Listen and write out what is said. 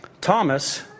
Thomas